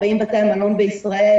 40 בתי המלון בישראל,